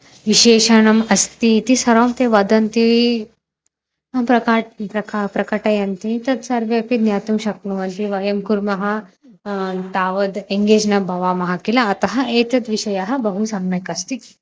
विशेषणम् अस्ति इति सर्वं ते वदन्ति प्रकाशः प्रकाशः प्रकटयन्ति तत् सर्वेऽपि ज्ञातुं शक्नुवन्ति वयं कुर्मः तावद् एङ्गेज् न भवामः किल अतः एषः विषयः बहु सम्यक् अस्ति